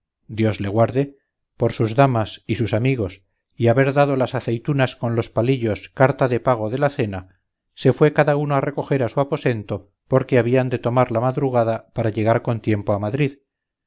el rey dios le guarde por sus damas y sus amigos y haber dado las aceitunas con los palillos carta de pago de la cena se fué cada uno a recoger a su aposento porque habían de tomar la madrugada para llegar con tiempo a madrid